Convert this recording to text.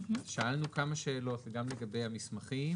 אז שאלנו כמה שאלות גם לגבי המסמכים